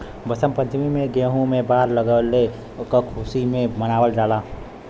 वसंत पंचमी में गेंहू में बाल लगले क खुशी में मनावल जाला